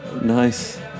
Nice